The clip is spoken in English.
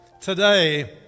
today